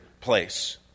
place